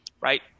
Right